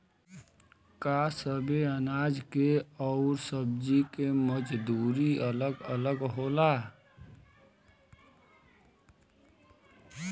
का सबे अनाज के अउर सब्ज़ी के मजदूरी अलग अलग होला?